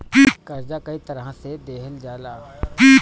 कर्जा कई तरह से लेहल जाला